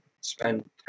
spend